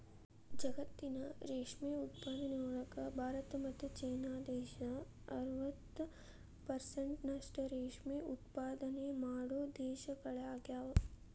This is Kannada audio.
ಜಗತ್ತಿನ ರೇಷ್ಮೆ ಉತ್ಪಾದನೆಯೊಳಗ ಭಾರತ ಮತ್ತ್ ಚೇನಾ ದೇಶ ಅರವತ್ ಪೆರ್ಸೆಂಟ್ನಷ್ಟ ರೇಷ್ಮೆ ಉತ್ಪಾದನೆ ಮಾಡೋ ದೇಶಗಳಗ್ಯಾವ